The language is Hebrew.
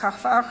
שהפך